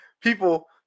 people